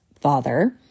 father